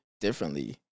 differently